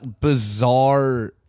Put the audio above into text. bizarre